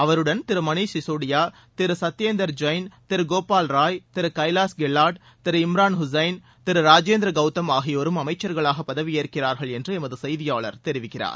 அவருடன் திரு மணிஷ் சிசோடியா திரு சத்தியேந்தர் ஜெய்ன் திரு கோபால் ராய் திரு கைவாஸ் கெலாட் திரு இம்ரான் ஹுசைள் திரு ராஜேந்திர கௌதம் ஆகியோரும் அமைச்சர்களாக பதவியேற்கிறார்கள் என்று எமது செய்தியாளர் தெரிவிக்கிறார்